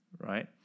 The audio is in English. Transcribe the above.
right